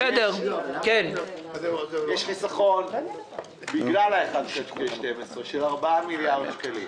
יש חיסכון, בגלל ה-1/12, של 4 מיליארד שקלים.